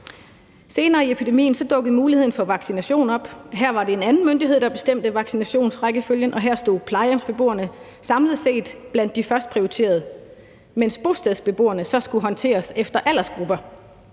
Senere i epidemien dukkede muligheden for vaccination op, og her var det en anden myndighed, der bestemte vaccinationsrækkefølgen. Her stod plejehjemsbeboerne samlet set blandt de først prioriterede, mens bostedsbeboerne så skulle håndteres efter aldersgrupper.